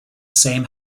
same